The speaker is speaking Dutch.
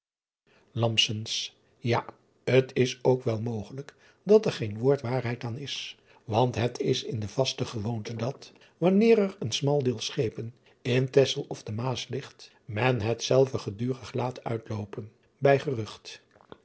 a t is ook wel mogelijk dat er geen woord waarheid aan is want het is de vaste gewoonte dat wanneer er een smaldeel schepen in exel of de aas ligt men hetzelve gedurig laat uitloopen bij gerucht